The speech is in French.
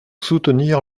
soutenir